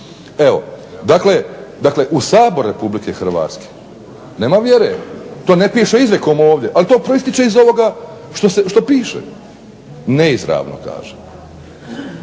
Evo, dakle u Sabor RH nema vjere to ne piše izrijekom ovdje, ali to proističe iz ovoga što piše, neizravno kaže.